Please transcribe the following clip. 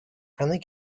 friendly